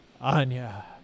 Anya